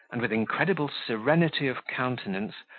and, with incredible serenity of countenance,